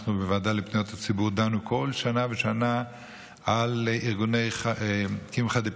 בוועדה לפניות הציבור דנו כל שנה ושנה על ארגוני קמחא דפסחא,